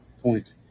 Point